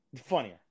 Funnier